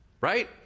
right